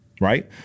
Right